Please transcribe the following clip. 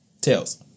Tails